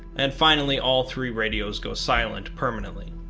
and finally all three radios go silent permanently.